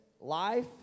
Life